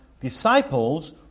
disciples